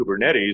kubernetes